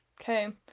okay